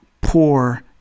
poor